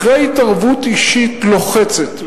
אחרי התערבות אישית לוחצת,